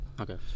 Okay